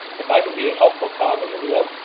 if i can be a helpful cog in the wheel,